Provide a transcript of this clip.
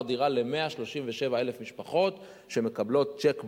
דירה ל-137,000 משפחות שמקבלות צ'ק ביד,